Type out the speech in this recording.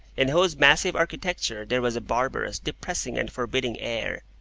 in whose massive architecture there was a barbarous, depressing, and forbidding air.